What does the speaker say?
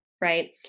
right